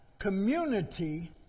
community